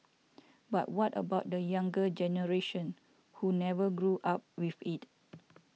but what about the younger generation who never grew up with it